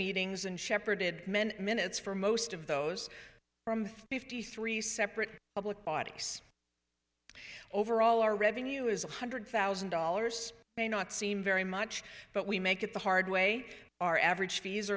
meetings and shepherded many minutes for most of those fifty three separate public bodies over all our revenue is one hundred thousand dollars may not seem very much but we make it the hard way our average fees